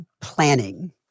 planning